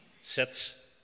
sits